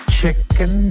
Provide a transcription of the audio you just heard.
Chicken